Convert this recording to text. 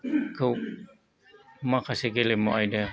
माखासे गेलेमु आयदा